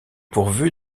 pourvue